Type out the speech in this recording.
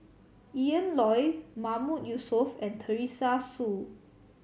Ian Loy Mahmood Yusof and Teresa Hsu